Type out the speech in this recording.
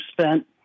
spent